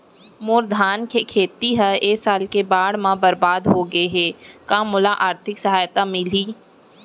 मोर धान के खेती ह ए साल के बाढ़ म बरबाद हो गे हे का मोला आर्थिक सहायता मिलही?